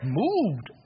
moved